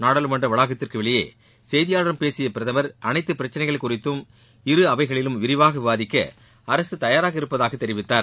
நாடாளுமன்ற வளாகத்திற்கு வெளியே செய்தியாளர்களிடம் பேசிய பிரதமர் அனைத்து பிரச்சனைகள் குறித்தும் இரு அவைகளிலும் விரிவாக விவாதிக்க அரசு தயாராக இருப்பதாக தெரிவித்தார்